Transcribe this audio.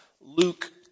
Luke